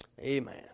Amen